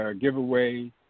giveaway